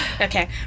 Okay